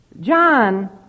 John